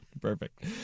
Perfect